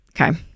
okay